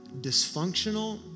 dysfunctional